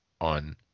on